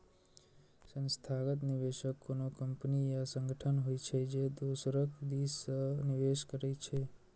संस्थागत निवेशक कोनो कंपनी या संगठन होइ छै, जे दोसरक दिस सं निवेश करै छै